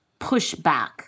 pushback